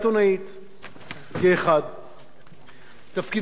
תפקידנו כפוליטיקאים בכנסת,